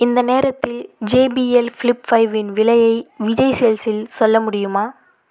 இந்த நேரத்தில் JBL flip ஃபைவ்வின் விலையை விஜய் சேல்ஸில் சொல்ல முடியுமா